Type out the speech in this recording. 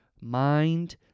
mind